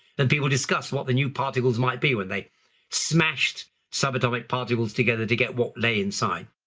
and people discuss what the new particles might be, when they smashed subatomic particles together to get what lay inside.